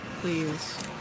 Please